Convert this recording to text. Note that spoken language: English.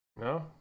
No